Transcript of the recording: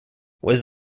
was